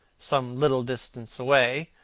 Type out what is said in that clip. some little distance away,